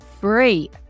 free